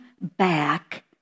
back